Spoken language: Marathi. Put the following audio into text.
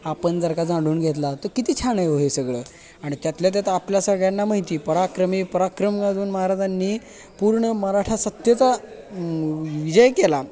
आपण जर का जाणून घेतला तर किती छान आहे हो हे सगळं आणि त्यातल्या त्यात आपल्या सगळ्यांना माहिती पराक्रमे पराक्रम अजून महाराजांनी पूर्ण मराठा सत्तेचा विजय केला